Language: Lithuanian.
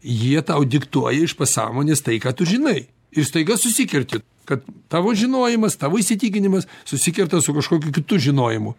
jie tau diktuoja iš pasąmonės tai ką tu žinai ir staiga susikerti kad tavo žinojimas tavo įsitikinimas susikerta su kažkokiu kitu žinojimu